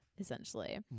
essentially